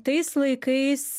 tais laikais